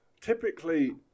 typically